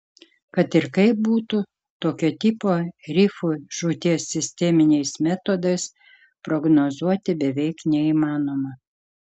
kad ir kaip būtų tokio tipo rifų žūties sisteminiais metodais prognozuoti beveik neįmanoma